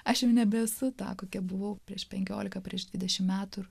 aš jau nebesu ta kokia buvau prieš penkiolika prieš dvidešimt metų